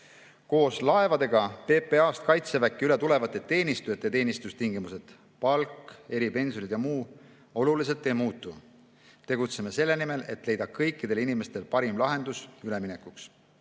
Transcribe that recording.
Koos laevadega PPA-st Kaitseväkke üle tulevate teenistujate teenistustingimused – palk, eripensionid ja muu – oluliselt ei muutu. Tegutseme selle nimel, et leida kõikidele inimestele parim lahendus üleminekuks.